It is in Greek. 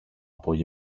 πολύ